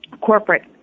corporate